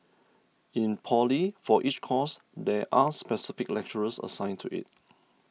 in poly for each course there are specific lecturers assigned to it